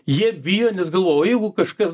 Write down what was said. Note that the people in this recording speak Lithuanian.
jie bijo nes galvoja o jeigu kažkas